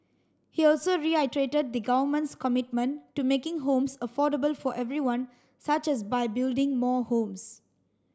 he also reiterated the Government's commitment to making homes affordable for everyone such as by building more homes